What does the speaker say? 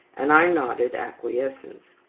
and i nodded acquiescence.